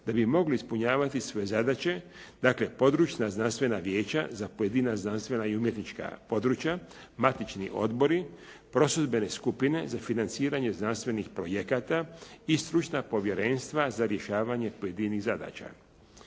da bi mogli ispunjavati svoje zadaće, dakle područna znanstvena vijeća za pojedina znanstvena i umjetnička područja, matični odbori, prosudbene skupine za financiranje znanstvenih projekata i stručna povjerenstva za rješavanje pojedinih zadaća.